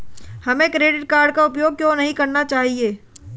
हमें credit card का उपयोग क्यों नहीं करना चाहिए?